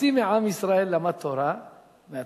חצי מעם ישראל למד תורה וחצי